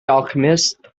alchemist